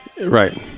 right